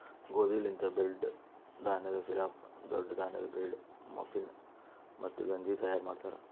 ಗೋದಿ ಲಿಂತ್ ಬ್ರೀಡ್, ಧಾನ್ಯದ್ ಪಿಲಾಫ್, ದೊಡ್ಡ ಧಾನ್ಯದ್ ಬ್ರೀಡ್, ಮಫಿನ್, ಮತ್ತ ಗಂಜಿ ತೈಯಾರ್ ಮಾಡ್ತಾರ್